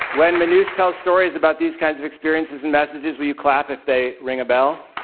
when manoush tells stories about these kinds of experiences and messages, will you clap if they ring a bell?